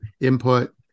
input